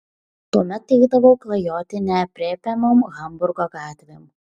tuomet eidavau klajoti neaprėpiamom hamburgo gatvėm